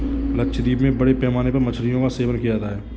लक्षद्वीप में बड़े पैमाने पर मछलियों का सेवन किया जाता है